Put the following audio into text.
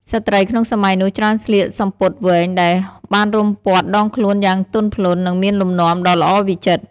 ស្ត្រីក្នុងសម័យនោះច្រើនស្លៀកសំពត់វែងដែលបានរុំព័ទ្ធដងខ្លួនយ៉ាងទន់ភ្លន់ និងមានលំនាំដ៏ល្អវិចិត្រ។